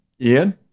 Ian